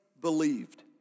believed